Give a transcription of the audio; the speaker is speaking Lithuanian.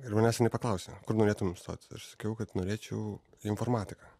ir manęs jinai paklausė kur norėtum stoti aš sakiau kad norėčiau į informatiką